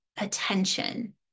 attention